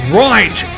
right